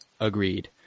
agreed